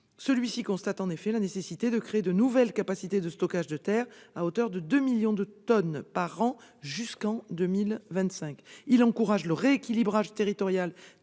Celui-ci fait en effet état de la nécessité de créer de nouvelles capacités de stockage de terres, à hauteur de 2 millions de tonnes par an jusqu'en 2025. Par ailleurs, ce plan encourage le rééquilibrage territorial